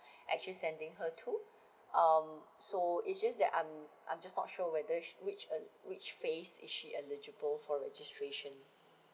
actually sending her to um so is just that I'm I'm just not sure whether which uh which phase is she eligible for registration